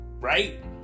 Right